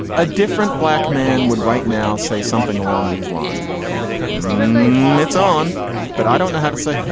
a different black man would right now say something along these lines mitt's on but i don't know how to say.